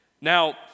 Now